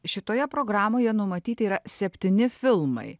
šitoje programoje numatyti yra septyni filmai